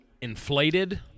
inflated